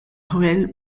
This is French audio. rueil